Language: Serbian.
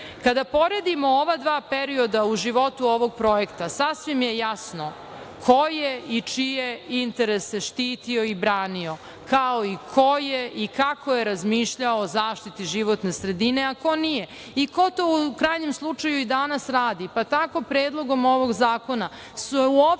poredimo ova dva perioda u životu ovog projekta, sasvim je jasno ko je i čije interese štitio i branio, kao i ko je i kako je razmišljao o zaštiti životne sredine, a ko nije i ko to u krajnjem slučaju i danas radi. Tako Predlogom ovog zakona se uopšte